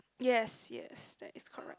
yes yes that is correct